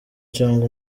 cyangwa